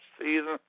season